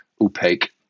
opaque